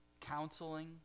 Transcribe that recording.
counseling